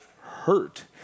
hurt